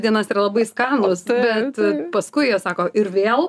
dienas yra labai skanūs bet paskui jie sako ir vėl